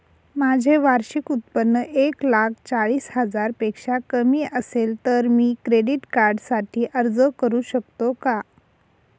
माझे वार्षिक उत्त्पन्न एक लाख चाळीस हजार पेक्षा कमी असेल तर मी क्रेडिट कार्डसाठी अर्ज करु शकतो का?